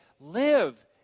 Live